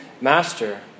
Master